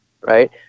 right